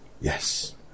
yes